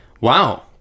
Wow